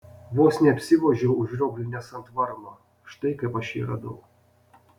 vos neapsivožiau užrioglinęs ant varno štai kaip aš jį radau